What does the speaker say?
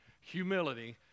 humility